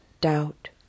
doubt